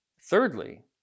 Thirdly